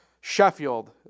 Sheffield